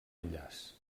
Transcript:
enllaç